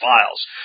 files